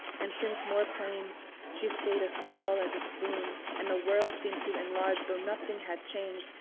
and since more planes, she stayed as small as a spoon, and the world seemed to enlarge though nothing had changed,